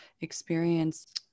experience